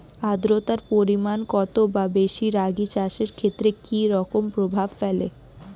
আদ্রতার পরিমাণ কম বা বেশি রাগী চাষের ক্ষেত্রে কি রকম প্রভাব ফেলে?